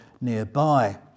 nearby